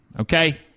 Okay